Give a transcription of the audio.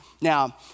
Now